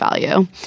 value